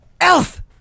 Elf